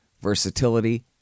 versatility